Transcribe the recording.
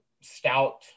stout